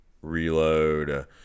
reload